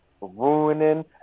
ruining